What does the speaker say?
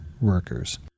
workers